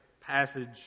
passage